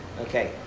okay